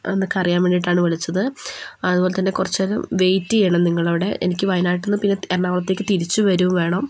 അതൊക്കെയൊന്നറിയാൻ വേണ്ടീട്ടാണ് വിളിച്ചത് അതുപോലെത്തന്നെ കുറച്ചുനേരം വെയിറ്റ് ചെയ്യണം നിങ്ങളവിടെ എനിക്ക് വയനാട്ടിൽ നിന്നു പിന്നെ എറണാകുളത്തേക്കു തിരിച്ച് വരുകയും വേണം